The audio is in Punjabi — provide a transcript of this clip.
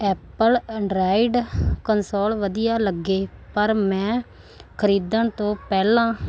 ਐਪਲ ਅਡਰਾਇਡ ਕਨਸੋਲ ਵਧੀਆ ਲੱਗੇ ਪਰ ਮੈਂ ਖਰੀਦਣ ਤੋਂ ਪਹਿਲਾਂ